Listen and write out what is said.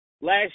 last